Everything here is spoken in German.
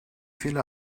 viele